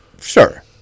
Sure